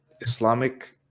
Islamic